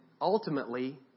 ultimately